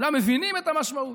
כולם מבינים את המשמעות.